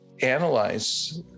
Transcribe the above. analyze